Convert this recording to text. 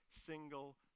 single